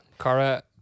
Kara